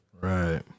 Right